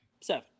Seven